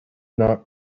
not